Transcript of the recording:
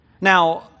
Now